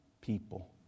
people